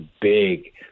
big